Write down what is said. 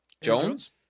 Jones